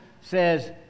says